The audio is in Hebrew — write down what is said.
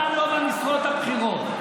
אומנם לא במשרות הבכירות.